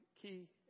key